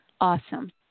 awesome